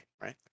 right